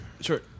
Sure